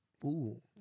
Fool